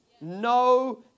No